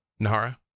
Nahara